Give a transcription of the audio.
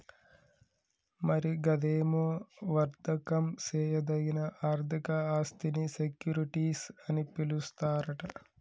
మరి గదేమో వర్దకం సేయదగిన ఆర్థిక ఆస్థినీ సెక్యూరిటీస్ అని పిలుస్తారట